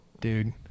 dude